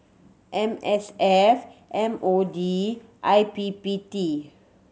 M S F M O D and I P P T